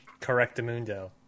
Correctamundo